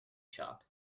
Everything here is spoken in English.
shop